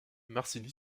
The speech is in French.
marcilly